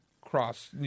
cross